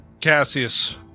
Cassius